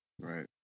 Right